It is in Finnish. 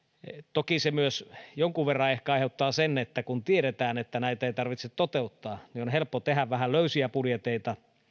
toki se myös jonkun verran ehkä aiheuttaa sen että kun tiedetään että näitä ei tarvitse toteuttaa niin on helppo tehdä vähän löysiä budjetteja